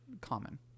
common